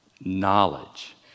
knowledge